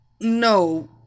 No